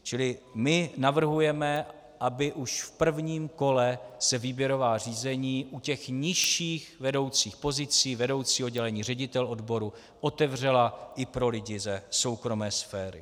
Čili my navrhujeme, aby už v prvním kole se výběrová řízení u nižších vedoucích pozic vedoucí oddělení, ředitel odboru otevřela i pro lidi ze soukromé sféry.